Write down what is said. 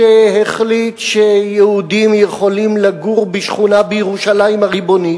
שהחליט שיהודים יכולים לגור בשכונה בירושלים הריבונית.